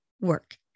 work